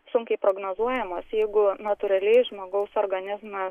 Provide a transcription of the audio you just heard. sunkiai prognozuojamos jeigu natūraliai žmogaus organizmas